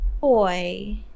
boy